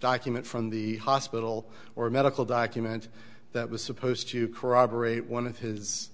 document from the hospital or a medical document that was supposed to corroborate one of his